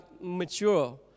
mature